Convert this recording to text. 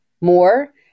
more